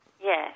Yes